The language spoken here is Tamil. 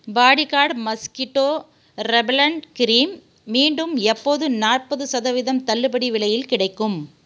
பாடிகார்ட் மஸ்கிட்டோ ரெபலெண்ட் கிரீம் மீண்டும் எப்போது நாற்பது சதவீதம் தள்ளுபடி விலையில் கிடைக்கும்